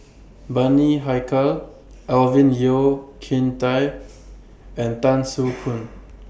Bani Haykal Alvin Yeo Khirn Hai and Tan Soo Khoon